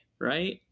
Right